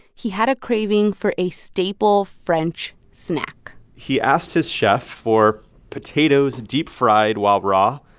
he had a craving for a staple french snack he asked his chef for potatoes deep-fried while raw,